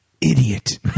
idiot